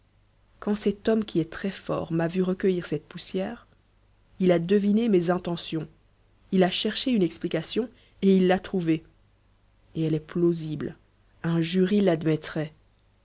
quand cet homme qui est très-fort m'a vu recueillir cette poussière il a deviné mes intentions il a cherché une explication et il l'a trouvée et elle est plausible un jury l'admettrait